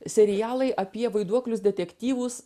serialai apie vaiduoklius detektyvus